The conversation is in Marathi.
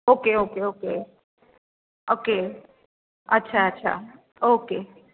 ओके ओके ओके ओके अच्छा अच्छा ओके